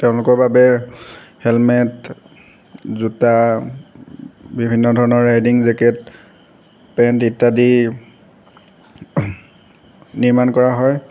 তেওঁলোকৰ বাবে হেলমেট জোতা বিভিন্ন ধৰণৰ ৰাইডিং জেকেট পেণ্ট ইত্যাদি নিৰ্মাণ কৰা হয়